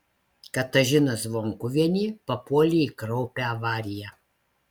katažina zvonkuvienė papuolė į kraupią avariją